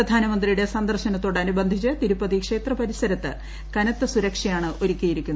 പ്രധാനമന്ത്രിയുടെ സന്ദർശനത്തോടനുബന്ധിച്ച് തിരുപ്പതി ക്ഷേത്ര പരിസരത്ത് കനത്ത സുരക്ഷയാണ് ഒരുക്കിയിരിക്കുന്നത്